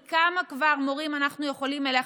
כי כמה כבר מורים אנחנו יכולים להכניס,